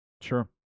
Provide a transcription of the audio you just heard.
Sure